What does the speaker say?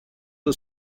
are